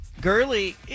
Gurley